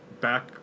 back